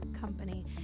company